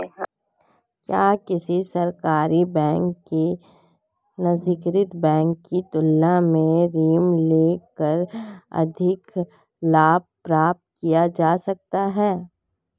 क्या किसी सरकारी बैंक से निजीकृत बैंक की तुलना में ऋण लेकर अधिक लाभ प्राप्त किया जा सकता है?